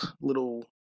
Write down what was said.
Little